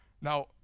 Now